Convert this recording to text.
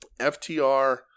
FTR